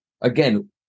Again